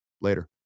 later